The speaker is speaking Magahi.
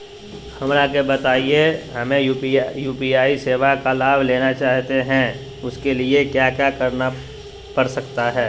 हमरा के बताइए हमें यू.पी.आई सेवा का लाभ लेना चाहते हैं उसके लिए क्या क्या करना पड़ सकता है?